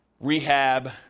rehab